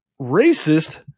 racist